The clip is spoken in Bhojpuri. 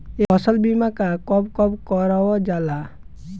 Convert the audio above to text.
फसल बीमा का कब कब करव जाला?